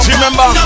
remember